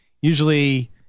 usually